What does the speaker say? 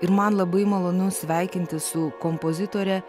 ir man labai malonu sveikintis su kompozitore